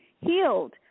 healed